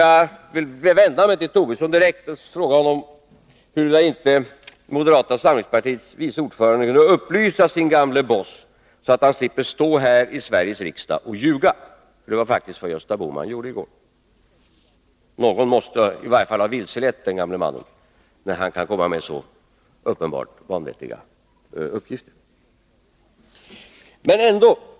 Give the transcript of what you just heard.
Jag vill vända mig direkt till Lars Tobisson och fråga honom, huruvida inte moderata samlingspartiets vice ordförande vill upplysa sin gamle boss, så han slipper stå här i Sveriges riksdag och ljuga, för det var faktiskt vad Gösta Bohman gjorde igår. Någon måste väl ha vilselett den gamle mannen, när han kan komma med så uppenbart vanvettiga uppgifter.